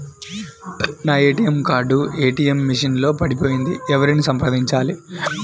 నా ATM card ATM machine లో పడిపోయింది ఎవరిని సంప్రదించాలి?